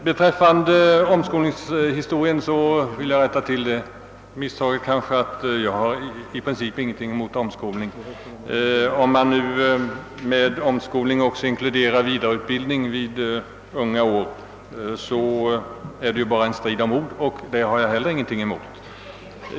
Beträffande omskolningsverksamheten vill jag, för undvikande av missförstånd, framhålla att jag i princip inte har någonting emot omskolning, om man i detta begrepp inkluderar också vidareutbildning vid unga år. Det gäller alltså närmast en strid om ord.